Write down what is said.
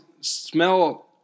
smell